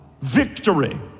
Victory